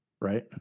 Right